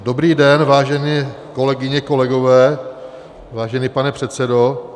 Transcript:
Dobrý den, vážené kolegyně, kolegové, vážený pane předsedo.